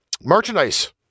merchandise